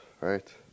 right